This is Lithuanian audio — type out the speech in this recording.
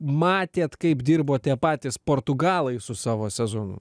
matėt kaip dirbo tie patys portugalai su savo sezonu